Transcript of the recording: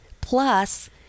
Plus